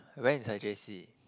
when is her j_c